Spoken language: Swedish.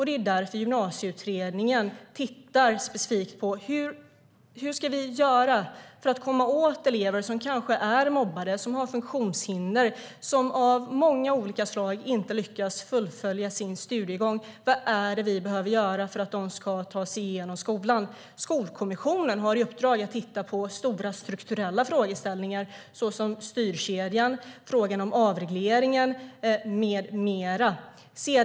Det är därför Gymnasieutredningen tittar specifikt på hur vi ska göra för att komma åt elever som kanske är mobbade, har funktionshinder eller av andra anledningar inte lyckas fullfölja sin studiegång. Vad behöver vi göra för att de ska ta sig genom skolan? Skolkommissionen har i uppdrag att titta på stora strukturella frågeställningar om styrkedjan, avregleringen med mera.